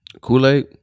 Kool-Aid